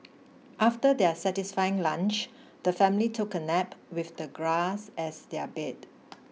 after their satisfying lunch the family took a nap with the grass as their bed